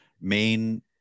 main